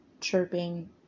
chirping